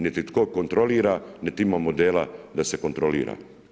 Niti tko kontrolira, niti ima modela da se kontrolira.